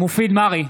מופיד מרעי,